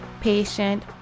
Patient